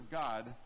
God